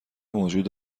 موجود